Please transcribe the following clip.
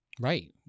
Right